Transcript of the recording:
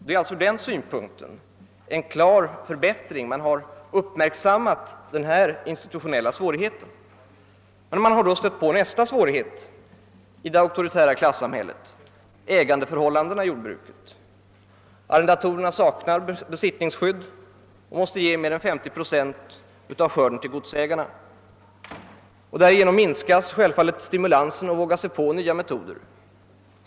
Det är sålunda ur den synpunkten en klar förbättring; man har uppmärksammat den nämnda institutionella bristen. Men då har man stött på nästa svårighet i det auktoritära klassamhället: ägandeförhållandena i jordbruket. Arrendatorerna saknar be sittningsskydd och måste ge mer än 50 procent av skörden till godsägarna. Därigenom minskas självfallet stimulansen att våga sig på de nya metoderna.